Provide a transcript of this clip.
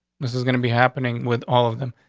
this is gonna be happening with all of them.